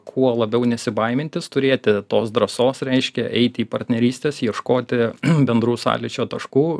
kuo labiau nesibaimintis turėti tos drąsos reiškia eiti į partnerystes ieškoti bendrų sąlyčio taškų